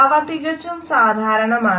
അവ തികച്ചും സാധാരണമാണ്